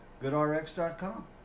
Goodrx.com